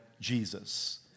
Jesus